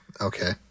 Okay